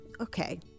okay